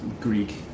Greek